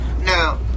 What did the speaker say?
Now